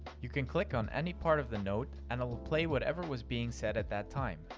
you can click on any part of the note, and it will play whatever was being said at that time,